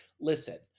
Listen